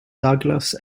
douglas